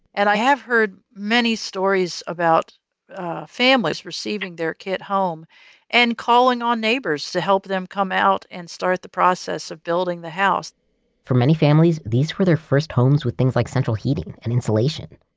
and i have heard many stories about families receiving their kit home and calling on neighbors to help them come out and start the process of building the house for many families, these were their first homes with things like central heating, and insulation.